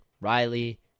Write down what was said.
Riley